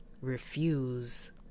refuse